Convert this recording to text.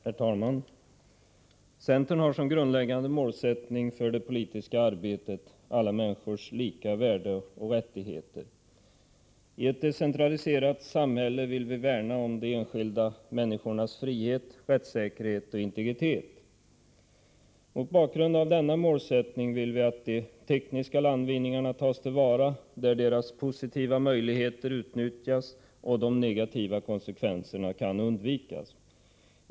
Herr talman! Centerns grundläggande målsättning för det politiska arbetet är alla människors lika värde och rättigheter. I ett decentraliserat samhälle vill vi värna om de enskilda människornas frihet, rättssäkerhet och integritet. Mot bakgrund av denna målsättning vill vi att de tekniska landvinningarna tas till vara där deras positiva möjligheter utnyttjas och de negativa konsekvenserna kan undvikas.